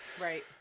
right